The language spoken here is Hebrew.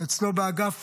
אצלו באגף